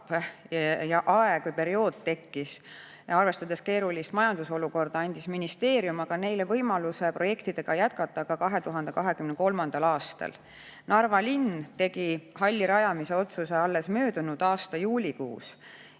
‑aeg, -periood tekkis. Aga arvestades keerulist majandusolukorda, andis ministeerium neile võimaluse projekte jätkata 2023. aastal. Narva linn tegi halli rajamise otsuse alles möödunud aasta juulikuus